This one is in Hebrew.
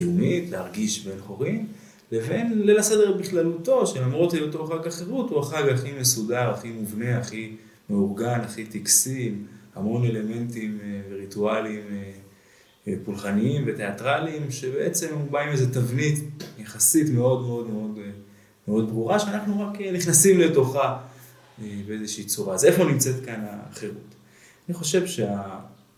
‫לאומית, להרגיש בין חורין, ‫לבין ליל הסדר בכללותו, ‫שלמרות היותו חג החירות, ‫הוא החג הכי מסודר, הכי מובנה, ‫הכי מאורגן, הכי טקסי, ‫המון אלמנטים וריטואלים פולחניים ‫ותיאטרליים שבעצם בא עם ‫איזו תבנית יחסית מאוד מאוד ברורה, ‫שאנחנו רק נכנסים לתוכה ‫באיזושהי צורה. ‫אז איפה נמצאת כאן החירות? ‫אני חושב שה...